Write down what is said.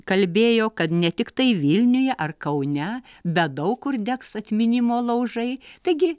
kalbėjo kad ne tiktai vilniuje ar kaune bet daug kur degs atminimo laužai taigi